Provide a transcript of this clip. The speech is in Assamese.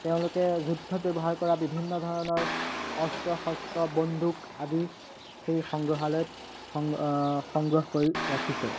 তেওঁলোকে যুদ্ধত ব্যৱহাৰ কৰা বিভিন্ন ধৰণৰ অস্ত্ৰ শস্ত্ৰ বন্দুক আদি সেই সংগ্ৰহালয়ত সং সংগ্ৰহ কৰি ৰাখিছে